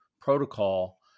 protocol